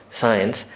Science